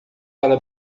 para